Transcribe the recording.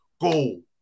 Goal